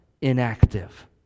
inactive